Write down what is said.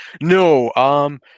No